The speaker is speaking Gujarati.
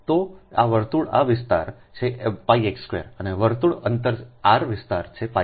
તો આ વર્તુળ આ વિસ્તાર 1540 સંદર્ભ લો સમય છેπX2અને વર્તુળ અંતર આર વિસ્તાર છેπr2